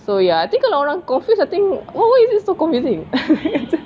so ya I think kalau orang confuse I think why why is it so confusing